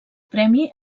premi